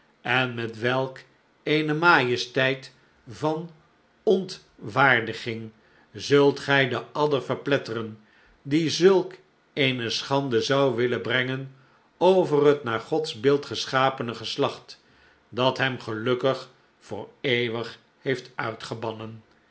en met welk eene majesteit van ontwaardiging zult gij de adder verpletteren die zulk eene schande zou willen brengen over het naar gods beeld geschapene geslacht dat hem gelukkig voor eeuwig heeft uitgebannen